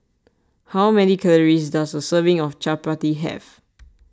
how many calories does a serving of Chapati have